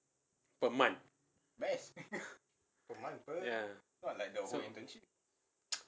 per month ya